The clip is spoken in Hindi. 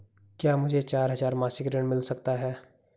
क्या मुझे चार हजार मासिक ऋण मिल सकता है?